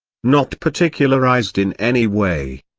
not particularised in any way.